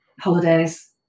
holidays